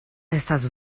estas